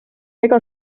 ega